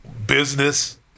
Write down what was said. business